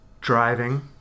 Driving